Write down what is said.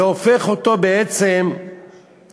זה הופך אותו בעצם לחייב